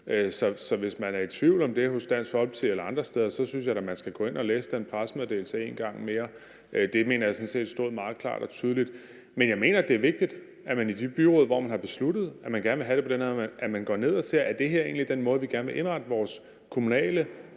tvivl om det hos Dansk Folkeparti eller andre steder, synes jeg da, at man skal gå ind og læse den pressemeddelelse en gang mere. Det mener jeg sådan set stod meget klart og tydeligt. Men jeg mener, det er vigtigt, at man i de byråd, hvor man har besluttet, at man gerne vil have det på den her måde, går ned i det og ser på, om det her egentlig er den måde, vi gerne vil indrette vores kommunale